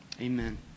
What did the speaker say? Amen